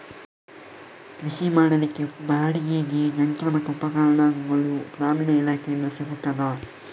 ಕೃಷಿ ಮಾಡಲಿಕ್ಕೆ ಬಾಡಿಗೆಗೆ ಯಂತ್ರ ಮತ್ತು ಉಪಕರಣಗಳು ಗ್ರಾಮೀಣ ಇಲಾಖೆಯಿಂದ ಸಿಗುತ್ತದಾ?